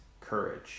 courage